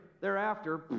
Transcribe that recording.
thereafter